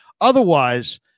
Otherwise